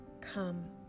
Come